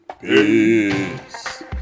Peace